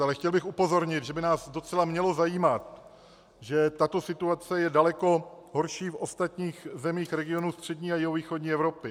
Ale chtěl bych upozornit, že by nás docela mělo zajímat, že tato situace je daleko horší v ostatních zemích regionu střední a jihovýchodní Evropy.